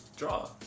draw